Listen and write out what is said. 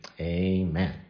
Amen